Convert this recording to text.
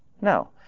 No